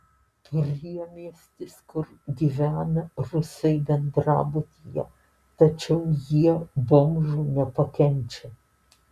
priemiestis kur gyvena rusai bendrabutyje tačiau jie bomžų nepakenčia